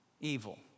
evil